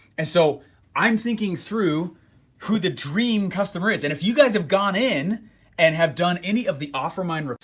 and so i'm thinking through who the dream customer is. and if you guys have gone in and have done any of the offermind,